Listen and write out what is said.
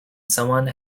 someone